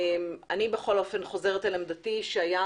אני בכל אופן חוזרת על עמדתי ואומרת שהים